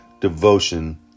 devotion